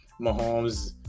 Mahomes